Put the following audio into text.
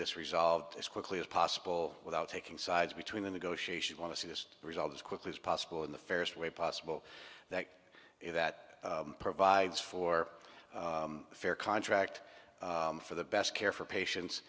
this resolved as quickly as possible without taking sides between the negotiations want to see this resolved as quickly as possible in the fairest way possible that that provides for a fair contract for the best care for patients